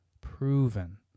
proven